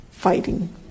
Fighting